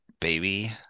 baby